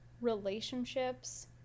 relationships